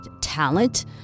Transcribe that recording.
talent